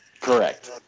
Correct